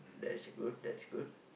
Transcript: that's good that's good